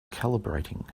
calibrating